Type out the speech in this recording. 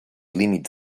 límits